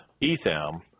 Etham